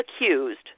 accused